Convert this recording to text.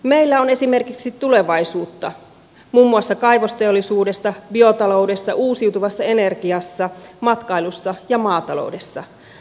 meillä on esimerkiksi tulevaisuutta muun muassa kaivosteollisuudessa biotaloudessa uusiutuvassa energiassa matkailussa ja maataloudessa